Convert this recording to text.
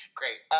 great